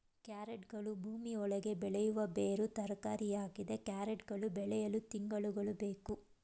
ಕ್ಯಾರೆಟ್ಗಳು ಭೂಮಿ ಒಳಗೆ ಬೆಳೆಯುವ ಬೇರು ತರಕಾರಿಯಾಗಿದೆ ಕ್ಯಾರೆಟ್ ಗಳು ಬೆಳೆಯಲು ತಿಂಗಳುಗಳು ಬೇಕು